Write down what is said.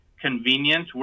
convenient